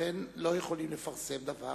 ולכן לא יכולים לפרסם דבר